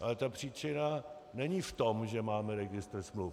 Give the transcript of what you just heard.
Ale ta příčina není v tom, že máme registr smluv.